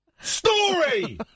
Story